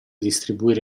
distribuire